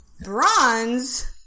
Bronze